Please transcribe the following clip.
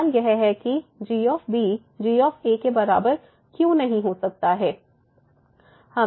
सवाल यह है कि g g के बराबर क्यों नहीं हो सकता है